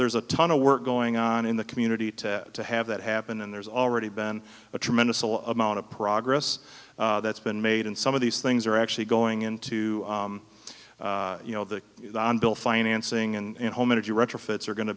there's a ton of work going on in the community ted to have that happen and there's already been a tremendous all amount of progress that's been made and some of these things are actually going into you know the bill financing and home energy retrofits are going to